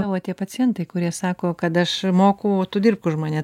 tavo tie pacientai kurie sako kad aš moku o tu dirbk už mane